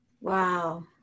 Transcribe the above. Wow